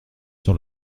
sur